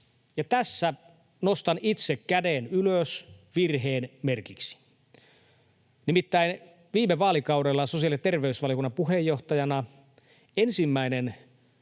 tässä nostan itse käden ylös virheen merkiksi. Nimittäin viime vaalikaudella, ollessani sosiaali- ja terveysvaliokunnan puheenjohtajana, ensimmäinen